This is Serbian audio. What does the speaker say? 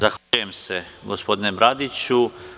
Zahvaljujem se gospodine Bradiću.